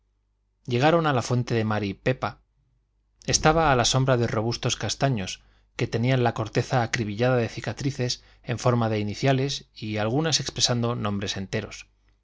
llegaron a la fuente de mari pepa estaba a la sombra de robustos castaños que tenían la corteza acribillada de cicatrices en forma de iniciales y algunas expresando nombres enteros